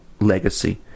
legacy